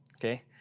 okay